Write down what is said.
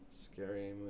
Scary